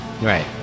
Right